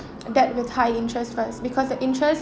debt with high interest because your interest